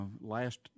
last